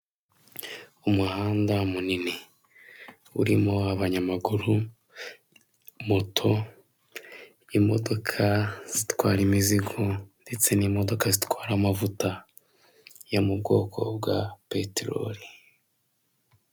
Umuhanda munini, urimo abanyamaguru, moto, imodoka zitwara imizigo ndetse n'imodoka zitwara amavuta yo mu bwoko bwa peterori.